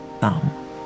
thumb